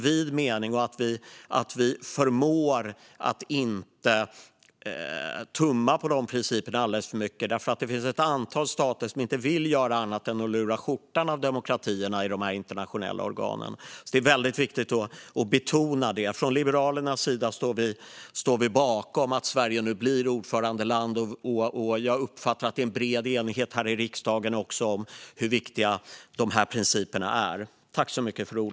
Vi måste förmå att inte tumma på de principerna för mycket, för det finns ett antal stater som inte vill annat än att lura skjortan av demokratierna i de här internationella organen. Det är därför väldigt viktigt att betona det. Från Liberalernas sida står vi bakom att Sverige nu blir ordförandeland, och jag uppfattar också att det finns en bred enighet här i riksdagen om hur viktiga dessa principer är.